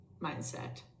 mindset